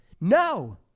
No